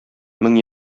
мең